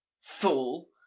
Fool